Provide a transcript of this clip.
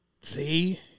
See